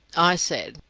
i said,